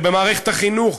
במערכת החינוך,